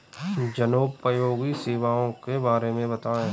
जनोपयोगी सेवाओं के बारे में बताएँ?